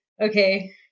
okay